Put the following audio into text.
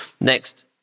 Next